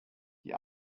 die